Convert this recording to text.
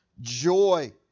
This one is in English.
joy